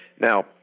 Now